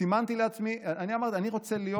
אמרתי שאני רוצה להיות